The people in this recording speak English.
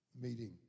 meeting